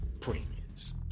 premiums